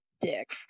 dick